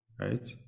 Right